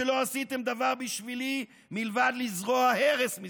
שלא עשיתם דבר בשבילי מלבד לזרוע הרס מסביבכם.